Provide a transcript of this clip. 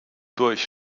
durch